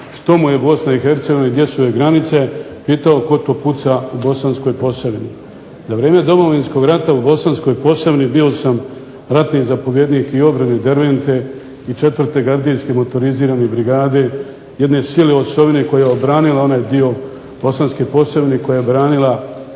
znao što mu je BiH i gdje su joj granice pitao tko to puca u Bosanskoj posavini. Za vrijeme Domovinskog rata u Bosanskoj posavini bio sam ratni zapovjednik i obrane Dervente, i 4. gardijske motorizirane brigade, jedne sile osovine koja je obranila onaj dio Bosanske posavine, koja je obranila